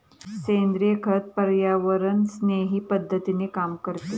सेंद्रिय खत पर्यावरणस्नेही पद्धतीने काम करते